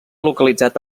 localitzat